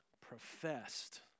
professed